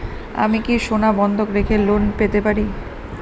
আমি কি সোনা বন্ধক রেখে লোন পেতে পারি?